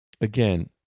again